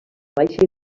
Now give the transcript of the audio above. baixa